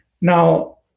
Now